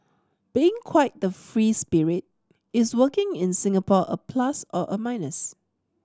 being quite the free spirit is working in Singapore a plus or a minus